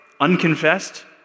unconfessed